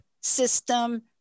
system